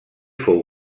fou